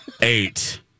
Eight